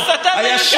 ויתורים,